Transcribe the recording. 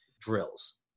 drills